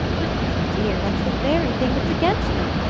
but, my dear, that's the very thing that's against them.